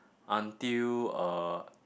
until uh